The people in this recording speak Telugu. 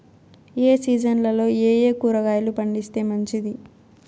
ఏ సీజన్లలో ఏయే కూరగాయలు పండిస్తే మంచిది